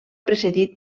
precedit